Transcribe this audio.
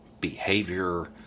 behavior